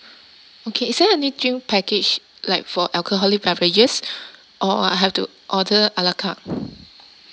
okay is there any drink package like for alcoholic beverages or I have to order a la carte